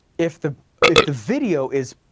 if the if the video is,